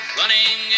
running